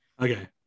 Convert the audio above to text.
Okay